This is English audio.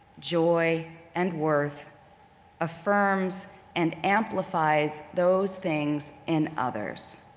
joy and worth affirms and amplifies those things in others.